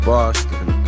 Boston